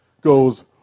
goes